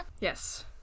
Yes